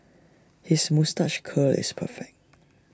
his moustache curl is perfect